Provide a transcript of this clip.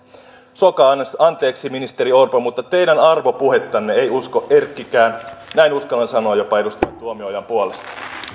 suokaa anteeksi ministeri orpo mutta teidän arvopuhettanne ei usko erkkikään näin uskallan sanoa jopa edustaja tuomiojan puolesta